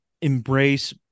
embrace